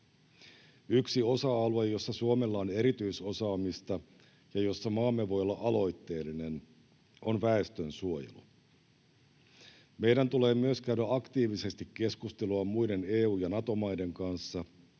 Yksi osa-alue, jossa Suomella on erityisosaamista ja jossa maamme voi olla aloitteellinen, on väestönsuojelu. Meidän tulee myös käydä aktiivisesti keskustelua muiden EU- ja Nato-maiden kanssa